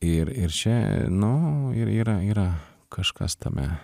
ir ir čia nu ir yra yra kažkas tame